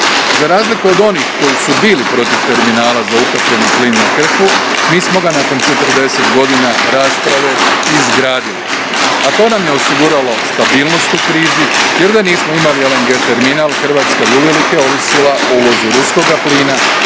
Za razliku od onih koji su bili protiv Terminala za ukapljeni plin na Krku, mi smo ga nakon 40 godina rasprave izgradili, a to nam je osiguralo stabilnost u krizi jer da nismo imali LNG Terminal, Hrvatska bi uvelike ovisila o uvozu ruskoga plina